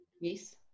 yes